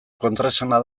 kontraesana